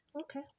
Okay